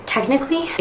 Technically